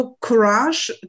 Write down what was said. courage